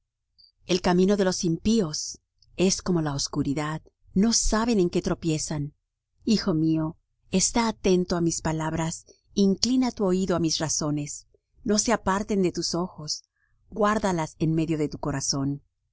el camino de los impíos es como la oscuridad no saben en qué tropiezan hijo mío está atento á mis palabras inclina tu oído á mis razones no se aparten de tus ojos guárdalas en medio de tu corazón